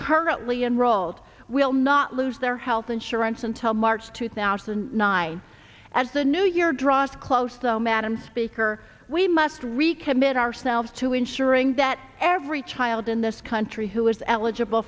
currently enrolled will not lose their health insurance until march two thousand and nine as the new year draws close though madam speaker we must recommit ourselves to ensuring that every child in this country who is eligible